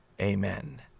Amen